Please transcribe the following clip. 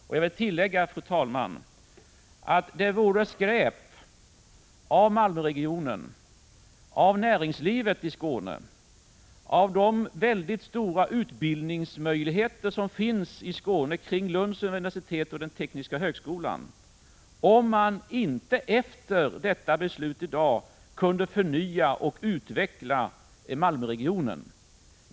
Jag vill tillägga, fru talman, att det vore skräp om Malmöregionen, näringslivet i Skåne och Skånes utbildningsenheter vid Lunds universitet och tekniska högskolan, som har så stora möjligheter, efter dagens beslut inte skulle kunna förnya och utveckla Malmöregionen.